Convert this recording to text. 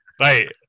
Right